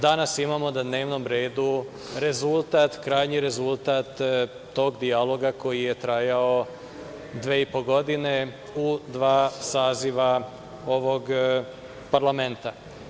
Danas imamo na dnevnom redu krajnji rezultat tog dijaloga koji je trajao dve i po godine, u dva saziva ovog parlamenta.